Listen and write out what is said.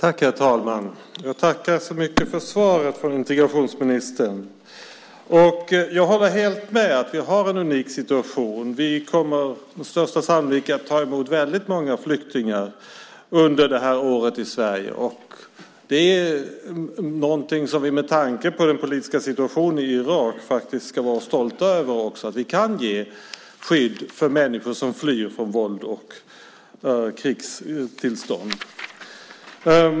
Herr talman! Jag tackar så mycket för svaret från integrationsministern. Jag håller helt med om att vi har en unik situation. Vi kommer med största sannolikhet att ta emot väldigt många flyktingar i Sverige under detta år. Med tanke på den politiska situationen i Irak ska vi faktiskt vara stolta över att vi kan ge skydd för människor som flyr från våld och krigstillstånd.